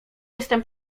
jestem